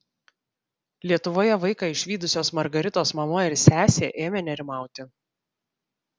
lietuvoje vaiką išvydusios margaritos mama ir sesė ėmė nerimauti